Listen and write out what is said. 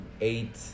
eight